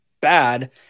bad